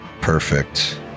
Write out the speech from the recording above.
Perfect